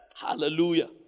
Hallelujah